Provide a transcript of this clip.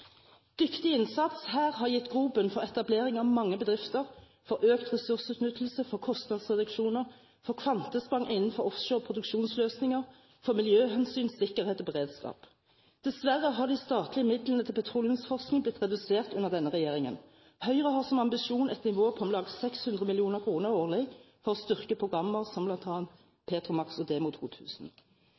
Dyktig innsats her har gitt grobunn for etablering av mange bedrifter, for økt ressursutnyttelse, for kostnadsreduksjoner, for kvantesprang innenfor offshore produksjonsløsninger, for miljøhensyn, sikkerhet og beredskap. Dessverre har de statlige midlene til petroleumsforskning blitt redusert under denne regjeringen. Høyre har som ambisjon et nivå på om lag 600 mill. kr årlig for å styrke programmer som bl.a. Petromaks og Demo 2000.